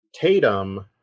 Tatum